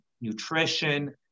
nutrition